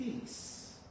peace